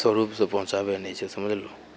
सरूप से पहुँचाबै नहि छै समझलहो